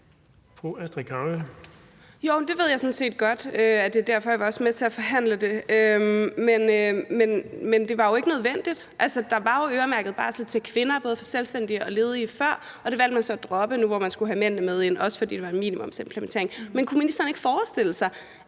det ved jeg sådan set godt, altså at det er derfor. Jeg var også med til at forhandle om det. Men det var jo ikke nødvendigt. Der var jo øremærket barsel både til selvstændige og ledige kvinder før, og det valgte man så at droppe, nu man skulle have mændene med ind – også fordi det var en minimumsimplementering. Men kunne ministeren ikke forestille sig,